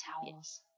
Towels